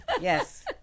Yes